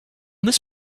this